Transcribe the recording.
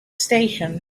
station